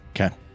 Okay